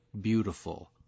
beautiful